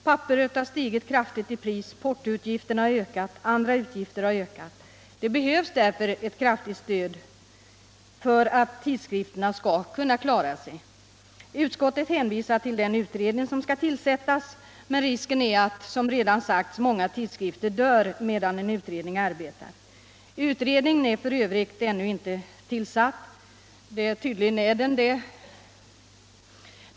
Papperet har stigit kraftigt i pris, portoutgifterna har ökat, andra utgifter har ökat. Det behövs därför ett kraftigt ökat tidskriftsstöd för att tidskrifterna skall kunna klara sig. Utskottet hänvisar till den utredning som skall tillsättas. Men risken är — som redan sagts — att många tidskrifter dör medan en utredning arbetar. Utredningen är f.ö. ännu inte tillsatt. Eller är den det?